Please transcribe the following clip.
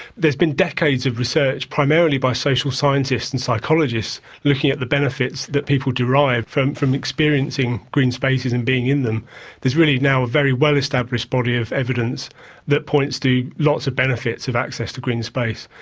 there's been decades of research, primarily by social scientists and psychologists looking at the benefits that people derive from from experiencing green spaces and being in them is really now a very well-established body of evidence that points to lots of benefits of access to green space.